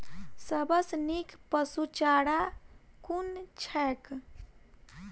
सबसँ नीक पशुचारा कुन छैक?